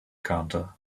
counter